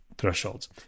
Thresholds